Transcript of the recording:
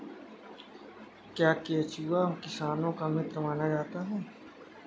क्या केंचुआ किसानों का मित्र माना जाता है?